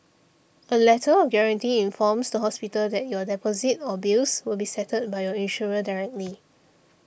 a letter of guarantee informs the hospital that your deposit or bills will be settled by your insurer directly